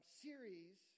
series